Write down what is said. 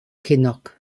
kinnock